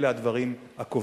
אלה הדברים הקובעים.